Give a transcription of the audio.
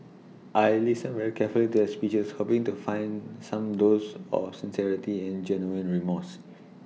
I listened very carefully to their speeches hoping to find some dose of sincerity and genuine remorse